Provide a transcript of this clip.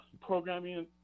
programming